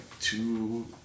two